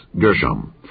Gershom